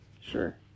Sure